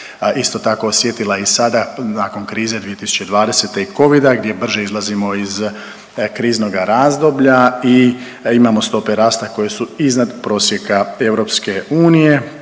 isto tako osjetila i sada nakon krize 2020. i covida gdje brže izlazimo iz kriznoga razdoblja i imamo stope rasta koje su iznad prosjeka EU.